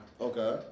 Okay